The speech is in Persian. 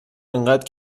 اینقد